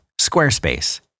Squarespace